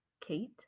Kate